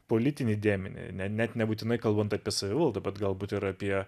politinį dėmenį net nebūtinai kalbant apie savivaldą bet galbūt ir apie